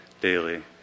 daily